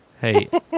hey